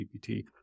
GPT